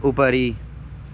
उपरि